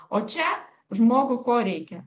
o čia žmogui ko reikia